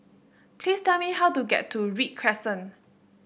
please tell me how to get to Read Crescent